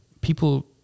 people